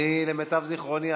למיטב זיכרוני,